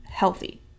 healthy